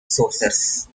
sources